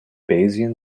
bayesian